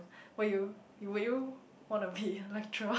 but you would you want to be a lecturer